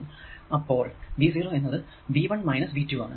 അപ്പോൾ V 0 എന്നത് V 1 minus V 2 ആണ്